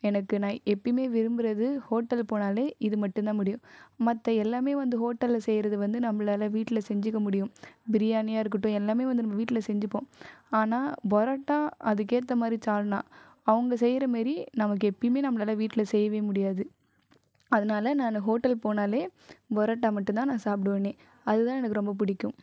எனக்கு நான் எப்போயுமே விரும்புகிறது ஹோட்டல் போனாலே இது மட்டும் தான் முடியும் மற்ற எல்லாமே வந்து ஹோட்டலில் செய்யுறதை நம்பளால வீட்டில் செஞ்சுக்க முடியும் பிரியாணி இருக்கட்டும் எல்லாமே வீட்டில் செஞ்சுப்போம் ஆனால் பரட்டா அதுக்கு ஏற்ற மாதிரி சால்னா அவங்க செய்யற மாதிரி நம்மக்கு எப்போயுமே நம்மளால வீட்டில் செய்வே முடியாது அதனால நான் ஹோட்டல்க்கு போனாலே பரட்டா மட்டும் தான் நான் சாப்புடுவனே அது தான் எனக்கு ரொம்ப பிடிக்கும்